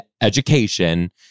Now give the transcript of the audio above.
education